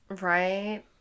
Right